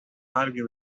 argue